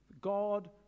God